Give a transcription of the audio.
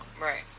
right